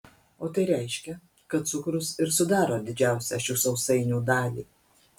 o tai reiškia kad cukrus ir sudaro didžiausią šių sausainių dalį